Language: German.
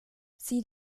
sie